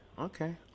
okay